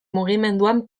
mugimenduan